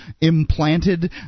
implanted